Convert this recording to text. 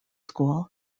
school